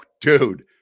dude